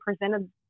presented